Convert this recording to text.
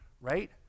right